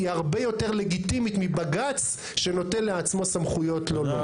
היא הרבה יותר לגיטימית מבג"ץ שנותן לעצמו סמכויות לו לא,